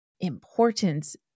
importance